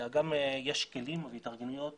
אלא גם יש כלים והתארגנויות